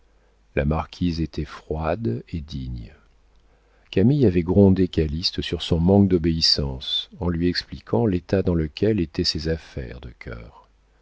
la marquise était froide et digne camille avait grondé calyste sur son manque d'obéissance en lui expliquant l'état dans lequel étaient ses affaires de cœur